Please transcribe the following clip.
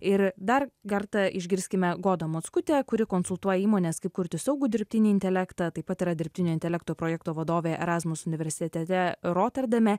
ir dar kartą išgirskime godą mockutę kuri konsultuoja įmones kaip kurti saugų dirbtinį intelektą taip pat yra dirbtinio intelekto projekto vadovė erasmus universitete roterdame